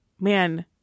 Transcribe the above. man